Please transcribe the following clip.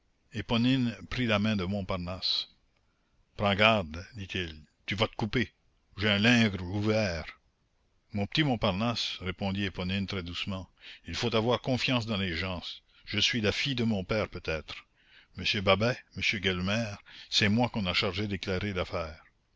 prit la main de montparnasse prends garde dit-il tu vas te couper j'ai un lingre ouvert mon petit montparnasse répondit éponine très doucement il faut avoir confiance dans les gens je suis la fille de mon père peut-être monsieur babet monsieur gueulemer c'est moi qu'on a chargée d'éclairer l'affaire